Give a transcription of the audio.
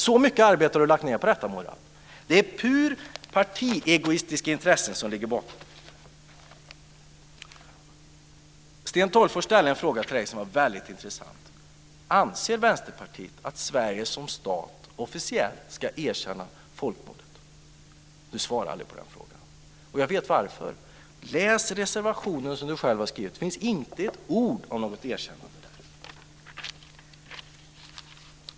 Så mycket arbete har Murad lagt ned på detta. Det är purt partiegoistiska intressen som ligger bakom detta. Sten Tolgfors ställde en väldigt intressant fråga till Murad Artin: Anser Vänsterpartiet att Sverige som stat officiellt ska erkänna folkmordet? Han svarade inte på den frågan, och jag vet varför. När man läser den reservation som han själv har skrivit finner man inte ett ord om något erkännande.